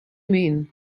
mean